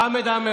חמד עמאר,